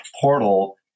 portal